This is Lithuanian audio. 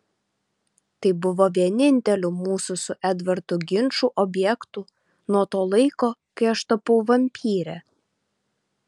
tai buvo vieninteliu mūsų su edvardu ginčų objektu nuo to laiko kai aš tapau vampyre